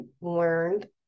learned